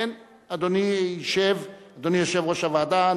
אדוני ישב, אדוני יושב-ראש הוועדה.